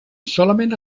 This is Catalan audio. solament